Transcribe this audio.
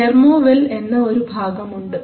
thermowell എന്ന ഒരു ഭാഗമുണ്ട്